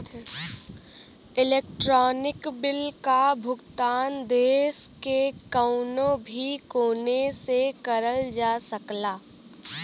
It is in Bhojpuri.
इलेक्ट्रानिक बिल क भुगतान देश के कउनो भी कोने से करल जा सकला